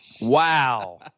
Wow